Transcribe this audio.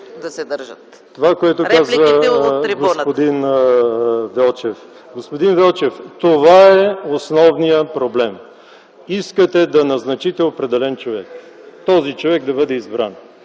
ДИМИТРОВ: Това, което каза господин Велчев. Господин Велчев, това е основният проблем. Искате да назначите определен човек – този човек да бъде избран.